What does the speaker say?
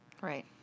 Right